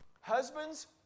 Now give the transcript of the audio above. Husbands